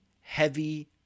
heavy